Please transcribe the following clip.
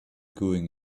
going